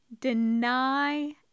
deny